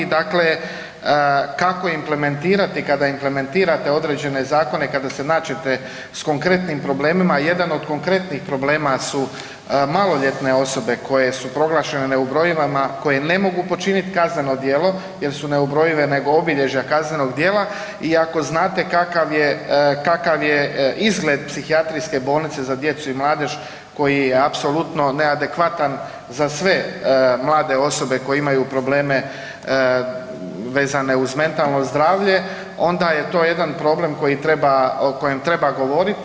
Dakle, kako implementirati, kada implementirate određene zakone i kada se nađete s konkretnim problemima, jedan od konkretnih problema su maloljetne osobe koje su proglašene neubrojivima koje ne mogu počiniti kazneno djelo jer su neubrojive nego obilježja kaznenog djela i ako znate kakav je, kakav je izgled psihijatrijske bolnice za djecu i mladež koji je apsolutno neadekvatan za sve mlade osobe koje imaju probleme vezane uz mentalno zdravlje onda je to jedan problem koji treba, o kojem treba govoriti.